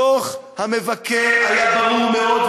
דוח המבקר היה ברור מאוד,